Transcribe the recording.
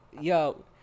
yo